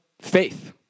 Faith